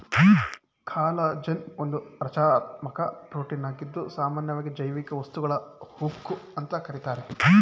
collagen ಒಂದು ರಚನಾತ್ಮಕ ಪ್ರೋಟೀನಾಗಿದ್ದು ಸಾಮನ್ಯವಾಗಿ ಜೈವಿಕ ವಸ್ತುಗಳ ಉಕ್ಕು ಅಂತ ಕರೀತಾರೆ